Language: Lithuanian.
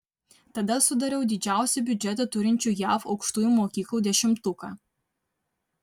tada sudariau didžiausią biudžetą turinčių jav aukštųjų mokyklų dešimtuką